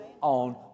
on